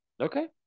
Okay